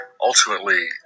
ultimately